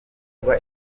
kuba